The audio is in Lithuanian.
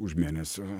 už mėnesio